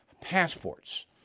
passports